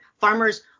Farmers